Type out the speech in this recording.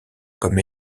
comme